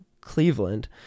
Cleveland